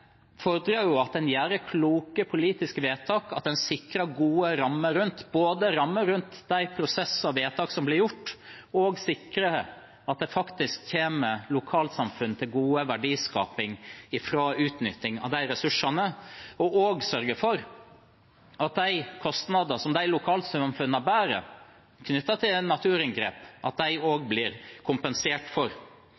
fordrer at en gjør kloke politiske vedtak, og at en sikrer gode rammer rundt både prosesser og vedtak som blir gjort. En må sikre at verdiskaping fra utnyttelsen av de ressursene faktisk kommer lokalsamfunn til gode, og en må sørge for at kostnadene som lokalsamfunnene bærer knyttet til naturinngrep,